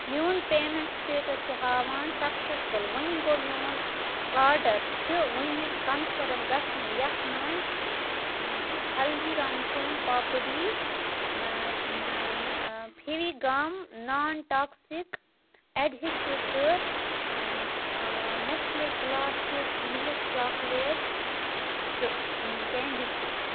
میون payment status چھُ ہاوان سکسیسفُل ، وۄنۍ گوٚو میون آرڈر چھ وُنہِ کنفٔرم گژھنٕے یتھ مَنٛز Haldiram's soan papdi Fevi gum non toxic adhesive تہٕ نٮ۪سلے کلاسِک مِلک چاکلیٹ چھُ